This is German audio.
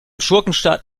schurkenstaat